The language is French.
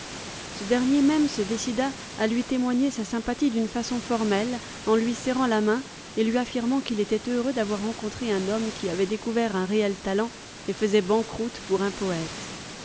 ce dernier même se décida à lui témoigner sa sympathie d'une façon formelle en lui serrant la main et lui affirmant qu'il était heureux d'avoir rencontré un homme qui avait découvert un réel talent et faisait banqueroute pour un poète